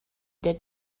that